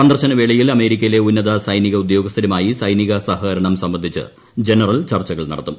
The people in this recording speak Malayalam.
സന്ദർശനവേളയിൽ അമേരിക്കയിലെ ഉന്നത സൈനിക ഉദ്യോഗസ്ഥരുമായി സൈനിക സഹകരണം സംബന്ധിച്ച് ജനറൽ ചർച്ചകൾ നടത്തും